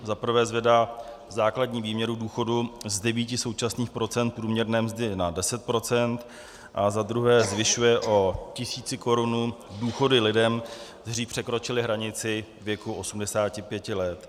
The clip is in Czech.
Za prvé zvedá základní výměru důchodu ze současných 9 % průměrné mzdy na 10 % a za druhé zvyšuje o tisícikorunu důchody lidem, kteří překročili hranici věku 85 let.